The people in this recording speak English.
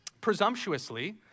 presumptuously